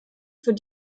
für